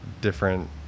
different